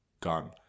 gone